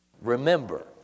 remember